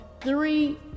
three